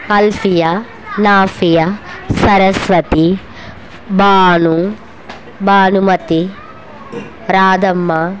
Alfiya Nafaya Saraswati Bhanu Bhanumathi Radhamma